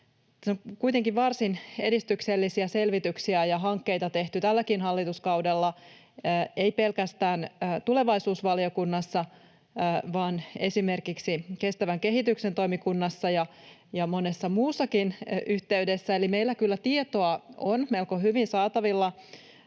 Kuitenkin varsin edistyksellisiä selvityksiä ja hankkeita on tehty tälläkin hallituskaudella — ei pelkästään tulevaisuusvaliokunnassa, vaan esimerkiksi kestävän kehityksen toimikunnassa ja monessa muussakin yhteydessä — eli meillä kyllä tietoa on melko hyvin saatavilla.